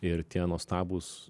ir tie nuostabūs